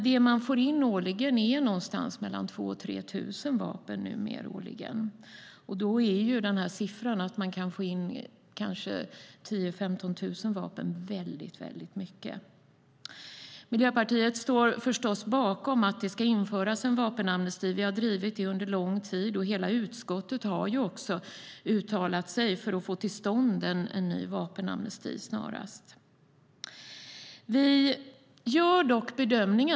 Det man får in årligen är 2 000-3 000 vapen. Då är siffran att få in 10 000-15 000 vapen hög. Miljöpartiet står förstås bakom att det ska införas en vapenamnesti. Vi har drivit frågan under lång tid. Hela utskottet har uttalat sig för att få till stånd en ny vapenamnesti snarast.